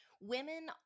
Women